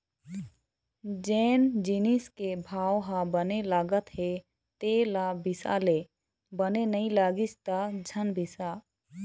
जेन जिनिस के भाव ह बने लागत हे तेन ल बिसा ले, बने नइ लागिस त झन बिसा